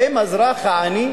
האם האזרח העני,